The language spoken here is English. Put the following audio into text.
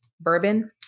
bourbon